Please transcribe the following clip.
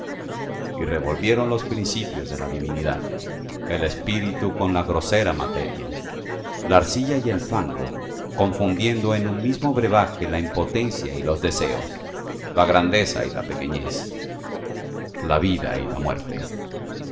y revolvieron los principios de la divinidad el espíritu con la grosera materia la arcilla y el fango confundiendo en un mismo brebaje la impotencia y los deseos la grandeza y la pequeñez la vida y la muerte